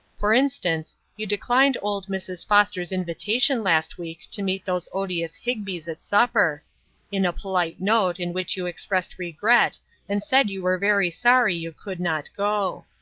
for instance, you declined old mrs. foster's invitation last week to meet those odious higbies at supper in a polite note in which you expressed regret and said you were very sorry you could not go.